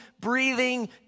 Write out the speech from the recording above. breathing